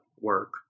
work